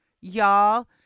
y'all